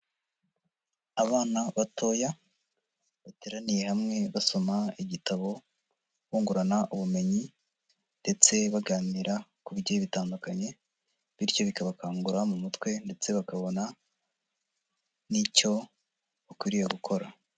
Abana batoya bateraniye hamwe basoma igitabo bungurana ubumenyi ndetse baganira ku bigiye bitandukanye, bityo bikabakangura mu mutwe ndetse bakabona n'icyo bakwiriye gukora.